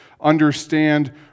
understand